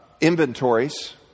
inventories